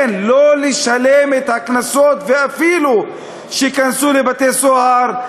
כן, לא לשלם את הקנסות, אפילו שייכנסו לבתי-סוהר.